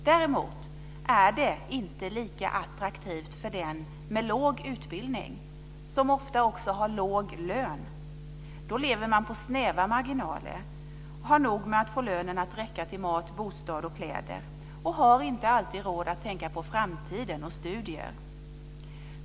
Däremot är det inte lika attraktivt för den med låg utbildning, som ju ofta också har låg lön. Då lever man med snäva marginaler, har nog med att få lönen att räcka till mat, bostad och kläder och har inte alltid råd att tänka på framtiden och studier.